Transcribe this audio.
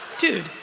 Dude